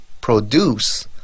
produce